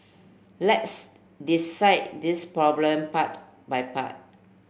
let's dissect this problem part by part